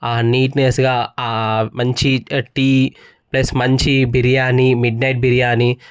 నీట్నెస్గా మంచి tea plus మంచి biryani midnight biryani